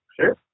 Sure